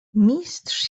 mistrz